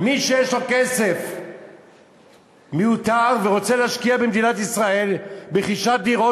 מי שיש לו כסף מיותר ורוצה להשקיע במדינת ישראל ברכישת דירות,